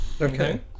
Okay